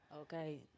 Okay